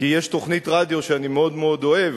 כי יש תוכנית רדיו שאני מאוד מאוד אוהב,